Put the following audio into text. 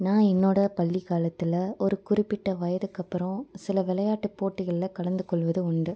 நான் என்னோடய பள்ளி காலத்தில் ஒரு குறிப்பிட்ட வயதுக்கப்றம் சில விளையாட்டு போட்டிகள்ல கலந்துக்கொள்வது உண்டு